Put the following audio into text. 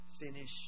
Finish